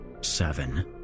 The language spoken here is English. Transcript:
Seven